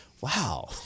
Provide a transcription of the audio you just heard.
Wow